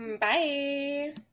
Bye